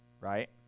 right